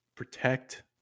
Protect